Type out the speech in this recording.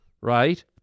right